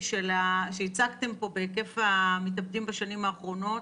שהצגתם פה בהיקף המתאבדים בשנים האחרונות